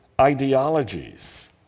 ideologies